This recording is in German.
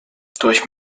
durch